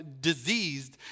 diseased